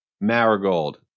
Marigold